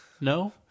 No